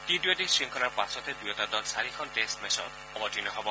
T twenty শংখলাৰ পাছতে দুয়োটা দল চাৰিখন টেষ্ট মেছত অৱতীৰ্ণ হব